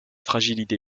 fragilité